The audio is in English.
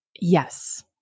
yes